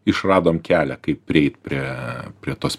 išradom kelią kaip prieit prie prie tos